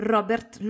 Robert